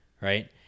right